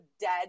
dead